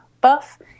buff